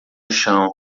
chão